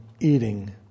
eating